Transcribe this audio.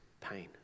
pain